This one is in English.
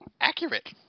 accurate